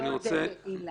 ייתכן